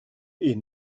est